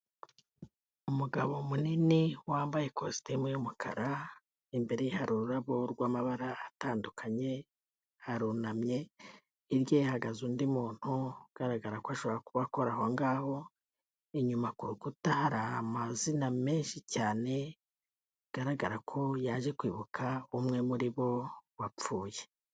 Umugabo munini wambaye ikositimu y'umukara imbere ye hari ururabo rw'amabara atandukanye, arunamye, hirya ye hahagaze undi muntu ugaragara ko ashobora kuba akora aho ngaho inyuma, ku rukuta hari amazina menshi cyane bigaragara ko yaje kwibuka umwe muri bo wapfuye.